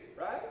right